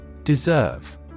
Deserve